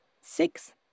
Six